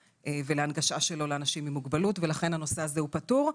והנגשה לאנשים עם מוגבלות ולכן הנושא הזה פתור.